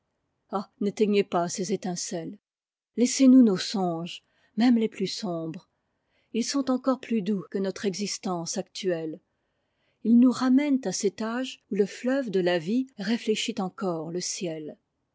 ah n'éteignez pas ces étincelles laissez-nous nos songes même les plus sombres ils sont encore plus doux que notre existence actuelle i s nous ramènent à cet âge où le fleuve de la vie réuéchit encore le ciel